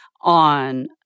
on